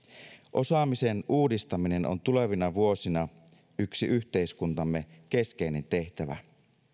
osaamisen uudistaminen on tulevina vuosina yksi yhteiskuntamme keskeinen tehtävä